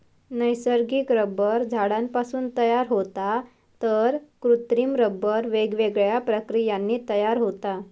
नैसर्गिक रबर झाडांपासून तयार होता तर कृत्रिम रबर वेगवेगळ्या प्रक्रियांनी तयार होता